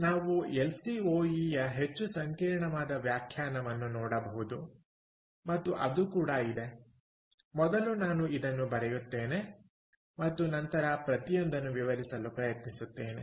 ನಾವು L C O E ಯ ಹೆಚ್ಚು ಸಂಕೀರ್ಣವಾದ ವ್ಯಾಖ್ಯಾನವನ್ನು ನೋಡಬಹುದು ಮತ್ತು ಅದು ಕೂಡ ಇದೆ ಮೊದಲು ನಾನು ಇದನ್ನು ಬರೆಯುತ್ತೇನೆ ಮತ್ತು ನಂತರ ಪ್ರತಿಯೊಂದನ್ನು ವಿವರಿಸಲು ಪ್ರಯತ್ನಿಸುತ್ತೇನೆ